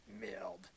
Mailed